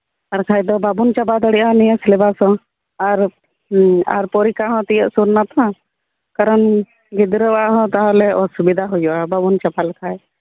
ᱟᱨᱠᱷᱟᱡ ᱫᱚ ᱵᱟᱵᱚᱱ ᱪᱟᱵᱟ ᱫᱟᱲᱮᱭᱟᱜᱼᱟ ᱱᱤᱭᱟᱹ ᱥᱮᱞᱮᱵᱟᱥ ᱦᱚᱸ ᱟᱨ ᱯᱚᱨᱤᱠᱷᱟ ᱦᱚᱸ ᱛᱤᱭᱟᱹᱜ ᱥᱩᱨ ᱱᱟᱛᱚ ᱠᱟᱨᱚᱱ ᱜᱤᱰᱽᱨᱟᱹ ᱟᱜ ᱛᱟᱦᱞᱮ ᱚᱥᱩᱵᱤᱫᱷᱟ ᱦᱩᱭᱩᱜᱼᱟ ᱵᱟᱵᱚᱱ ᱪᱟᱵᱟ ᱞᱮᱠᱷᱟᱡ